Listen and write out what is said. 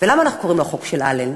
ולמה אנחנו קוראים לו החוק של אלן?